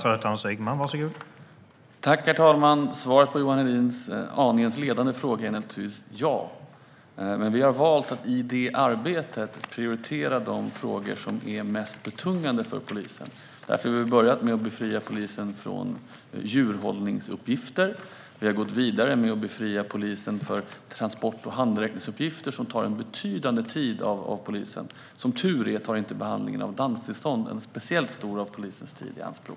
Herr talman! Svaret på Johan Hedins aningen ledande fråga är naturligtvis: ja! Men vi har valt att i det arbetet prioritera de frågor som är mest betungande för polisen. Därför började vi med att befria polisen från djurhållningsuppgifter. Vi gick vidare med att befria polisen från transport och handräckningsuppgifter, som har tagit upp en betydande del av polisens tid. Som tur är tar inte behandlingen av danstillstånd en speciellt stor del av polisens tid i anspråk.